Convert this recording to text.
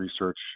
research